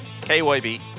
KYB